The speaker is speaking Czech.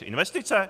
Investice?